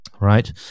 right